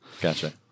Gotcha